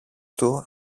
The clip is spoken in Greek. του